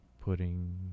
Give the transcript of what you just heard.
putting